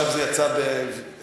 עכשיו זה יצא בהבזק.